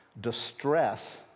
distress